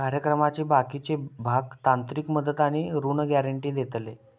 कार्यक्रमाचे बाकीचे भाग तांत्रिक मदत आणि ऋण गॅरेंटी देतले